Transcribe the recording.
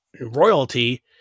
royalty